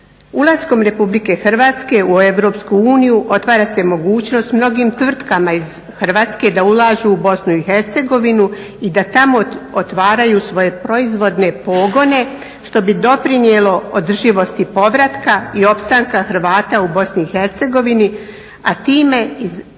Ulaskom Republike Hrvatske u Europsku uniju otvara se mogućnost mnogim tvrtkama iz Hrvatske da ulažu u BiH i da tamo otvaraju svoje proizvodne pogone što bi doprinijelo održivosti povratka i opstanka Hrvata u BiH, a time i zaštiti